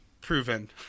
proven